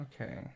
okay